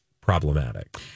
problematic